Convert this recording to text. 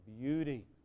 beauty